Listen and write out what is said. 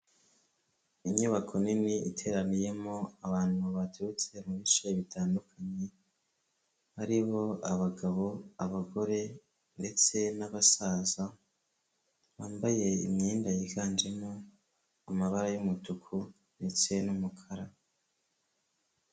Inyubako nini iteraniyemo abantu baturutse mu bice bitandukanye, ari bo abagabo, abagore ndetse n'abasaza, bambaye imyenda yiganjemo amabara y'umutuku ndetse n'umukara.